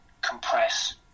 compress